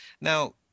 Now